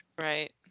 Right